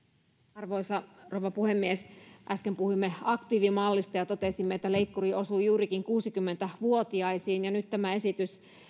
arvoisa rouva puhemies äsken puhuimme aktiivimallista ja totesimme että leikkuri osui juurikin kuusikymmentä vuotiaisiin ja nyt tämä esitys